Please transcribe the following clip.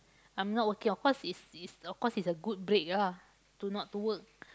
I'm not working of course is is of course it's a good break ah to not to work